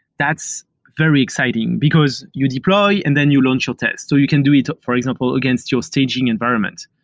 that's very exciting, because you deploy and then you launch your test. so you can do it, for example, against your staging environment.